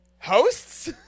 Hosts